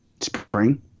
spring